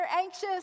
anxious